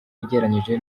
ugereranyije